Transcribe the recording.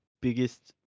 biggest